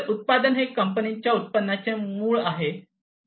तर उत्पादन हे कंपनीच्या उत्पन्नाचे मूळ आहे